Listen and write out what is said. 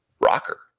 Rocker